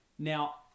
Now